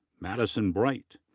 madison bright.